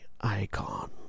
icon